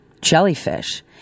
jellyfish